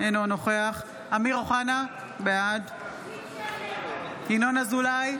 אינו נוכח אמיר אוחנה, בעד ינון אזולאי,